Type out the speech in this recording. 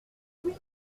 pour